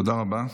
תודה רבה.